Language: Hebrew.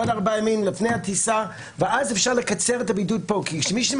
עוד ארבעה ימים לפני הטיסה ואז אפשר לקצר את